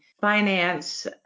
finance